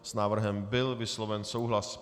S návrhem byl vysloven souhlas.